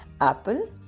Apple